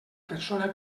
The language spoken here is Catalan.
persona